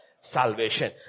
salvation